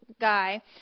guy